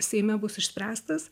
seime bus išspręstas